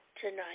tonight